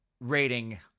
rating